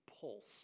pulse